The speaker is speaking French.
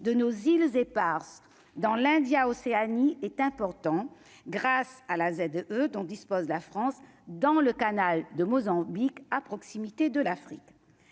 de nos îles éparses dans l'India Océanie est important : grâce à la Z E dont dispose la France dans le canal de Mozambique à proximité de l'Afrique,